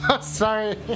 Sorry